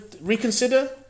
reconsider